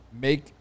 make